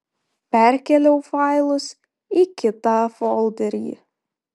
perkėliau failus į kitą folderį